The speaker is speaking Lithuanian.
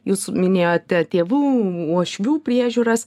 jūs minėjote tėvų uošvių priežiūras